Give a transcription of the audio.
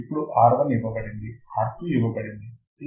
ఇప్పుడు R1 ఇవ్వబడింది R2 ఇవ్వబడింది C ఇవ్వబడింది